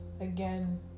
Again